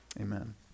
amen